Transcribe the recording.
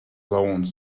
alone